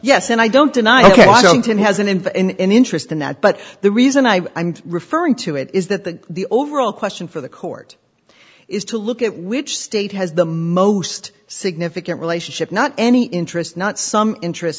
yes and i don't deny it and has an end interest in that but the reason i referring to it is that the overall question for the court is to look at which state has the most significant relationship not any interests not some interest